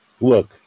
Look